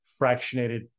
fractionated